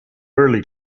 early